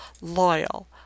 Loyal